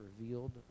revealed